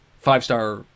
five-star